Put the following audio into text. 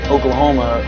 Oklahoma